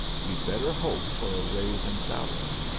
you'd better hope for a raise in salary.